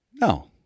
No